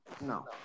no